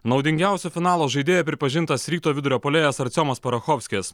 naudingiausiu finalo žaidėju pripažintas ryto vidurio puolėjas arciomas parachofskis